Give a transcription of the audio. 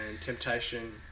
Temptation